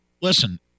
listen